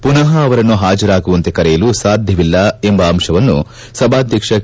ಪುನಃ ಅವರನ್ನು ಹಾಜರಾಗುವಂತೆ ಕರೆಯಲು ಸಾಧ್ಯವಿಲ್ಲ ಎಂಬ ಅಂಶವನ್ನು ಸಭಾಧ್ಯಕ್ಷ ಕೆ